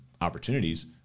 opportunities